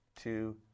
two